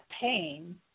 pain